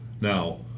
now